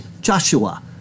Joshua